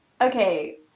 okay